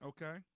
Okay